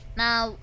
now